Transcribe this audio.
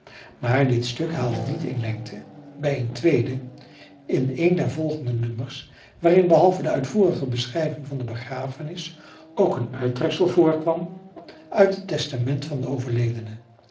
maar dit stuk haalde niet in lengte bij een tweede in een der volgende nummers waarin behalve de uitvoerige befrançois haverschmidt familie en kennissen schrijving van de begrafenis ook een uittreksel voorkwam uit het testament van den overledene